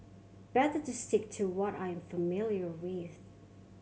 better to stick to what I am familiar with